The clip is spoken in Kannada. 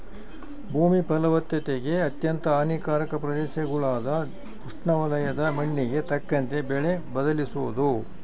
ಭೂಮಿ ಫಲವತ್ತತೆಗೆ ಅತ್ಯಂತ ಹಾನಿಕಾರಕ ಪ್ರದೇಶಗುಳಾಗ ಉಷ್ಣವಲಯದ ಮಣ್ಣಿಗೆ ತಕ್ಕಂತೆ ಬೆಳೆ ಬದಲಿಸೋದು